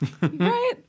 Right